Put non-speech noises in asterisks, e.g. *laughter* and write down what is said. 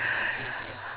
*breath*